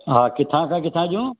हा किथां खां किथां जो